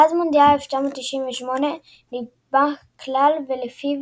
מאז מונדיאל 1998 נקבע כלל ולפיו